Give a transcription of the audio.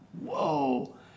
whoa